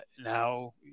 Now